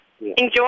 enjoy